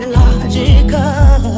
logical